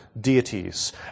deities